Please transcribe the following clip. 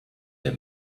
der